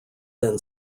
then